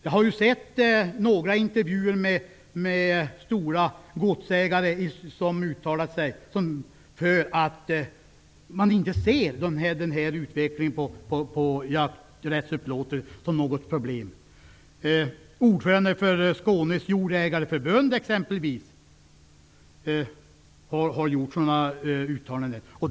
Jag har tagit del av några intervjuer med stora godsägare som har uttalat att de inte ser utvecklingen av detta med jakträttsupplåtelser som något problem. Ordföranden för Skånes jordägareförbund har gjort uttalanden av den typen.